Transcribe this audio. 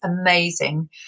amazing